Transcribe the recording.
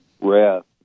rest